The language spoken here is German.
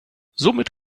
somit